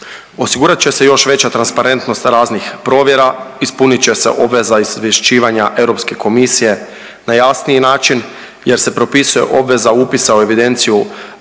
Osigurat će se još veća transparentnost raznih provjera, ispunit će se obveza izvješćivanja Europske komisije na jasniji način jer se propisuje obveza upisa u evidenciju